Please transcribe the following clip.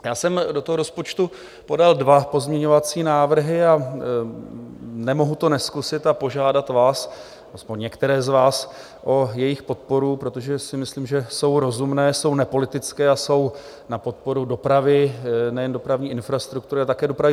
Já jsem do rozpočtu podal dva pozměňovací návrhy a nemohu to nezkusit a požádat vás, aspoň některé z vás, o jejich podporu, protože si myslím, že jsou rozumné, jsou nepolitické a jsou na podporu dopravy, nejen dopravní infrastruktury, ale také veřejné dopravy.